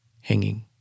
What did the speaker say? hanging